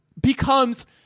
becomes